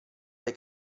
dai